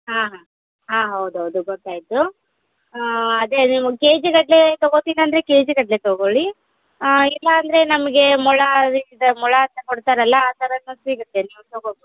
ಹಾಂ ಹಾಂ ಹಾಂ ಹೌದು ಹೌದು ಗೊತ್ತಾಯಿತು ಅದೇ ನೀವು ಕೆ ಜಿಗಟ್ಟಲೆ ತೊಗೋತೀನಂದರೆ ಕೆ ಜಿಗಟ್ಟಲೆ ತೊಗೊಳ್ಳಿ ಇಲ್ಲ ಅಂದರೆ ನಮಗೆ ಮೊಳ ಇದೆ ಮೊಳ ಅಂತ ಕೊಡ್ತಾರಲ್ಲ ಆ ಥರಾನೂ ಸಿಗುತ್ತೆ ನೀವು ತಗೋಬೋದು